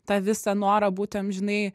tą visą norą būti amžinai